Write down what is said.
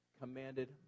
commanded